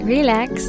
Relax